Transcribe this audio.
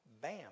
Bam